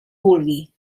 vulgui